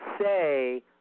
say